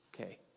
okay